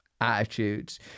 attitudes